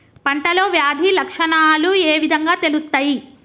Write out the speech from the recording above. పంటలో వ్యాధి లక్షణాలు ఏ విధంగా తెలుస్తయి?